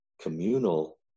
communal